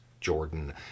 Jordan